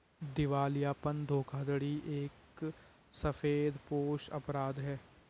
दिवालियापन धोखाधड़ी एक सफेदपोश अपराध है